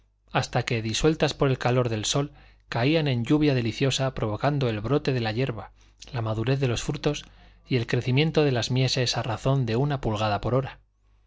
hasta que disueltas por el calor del sol caían en lluvia deliciosa provocando el brote de la hierba la madurez de los frutos y el crecimiento de las mieses a razón de una pulgada por hora